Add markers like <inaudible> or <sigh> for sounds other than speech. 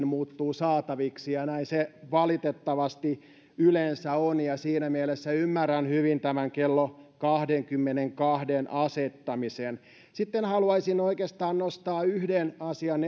<unintelligible> muuttuvat saataviksi ja näin se valitettavasti yleensä on siinä mielessä ymmärrän hyvin tämän kello kahdenkymmenenkahden asettamisen sitten haluaisin oikeastaan nostaa esille yhden asian <unintelligible>